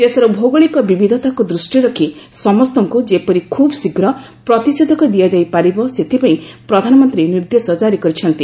ଦେଶର ଭୌଗଳିକ ବିବିଧତାକୁ ଦୃଷ୍ଟିରେ ରଖି ସମସ୍ତଙ୍କୁ ଯେପରି ଖୁବ୍ ଶୀଘ୍ର ପ୍ରତିଷେଧକ ଦିଆଯାଇ ପାରିବ ସେଥିପାଇଁ ପ୍ରଧାନମନ୍ତ୍ରୀ ନିର୍ଦ୍ଦେଶ ଜାରି କରିଛନ୍ତି